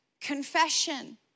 confession